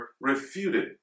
refuted